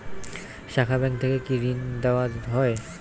শাখা ব্যাংক থেকে কি ঋণ দেওয়া হয়?